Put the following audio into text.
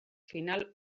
final